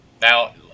Now